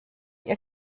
ihr